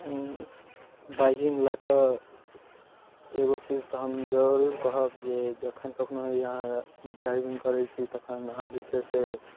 biking लऽ कऽ एगो चीज तऽ हम जरूर कहब जे जखन कखनो अहाँ ड्राइविंग करै छी तखन अहाँ जे छै से